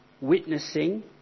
witnessing